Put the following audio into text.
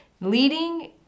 leading